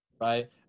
right